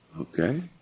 Okay